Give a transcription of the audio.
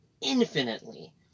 infinitely